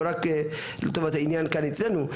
לא רק לטובת העניין כאן אצלנו.